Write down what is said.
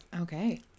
okay